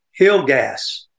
Hillgas